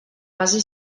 base